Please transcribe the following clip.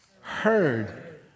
heard